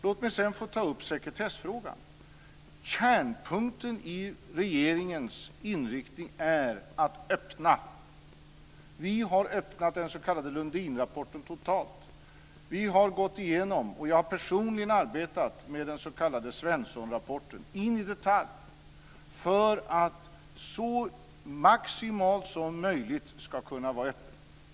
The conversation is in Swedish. Låt mig sedan ta upp sekretessfrågan. Kärnpunkten i regeringens inriktning är att offentliggöra detta. Vi har offentliggjort den s.k. Lundinrapporten totalt. Vi har gått igenom den s.k. Svenssonrapporten, och jag har personligen arbetat med den in i detalj för att så mycket som möjligt ska kunna vara offentligt.